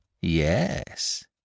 Yes